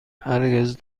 هرگز